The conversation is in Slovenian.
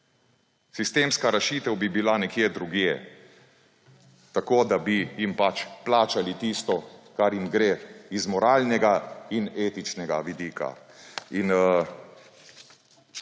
Sistemska rešitev bi bila nekje drugje, tako da bi jim pač plačali tisto, kar jim gre z moralnega in etičnega vidika.